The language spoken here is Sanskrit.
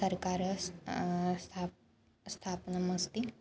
सर्कारस्य स्थाप् स्थापनम् अस्ति